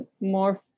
more